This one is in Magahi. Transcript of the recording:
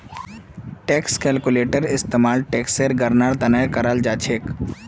टैक्स कैलक्यूलेटर इस्तेमाल टेक्सेर गणनार त न कराल जा छेक